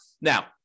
Now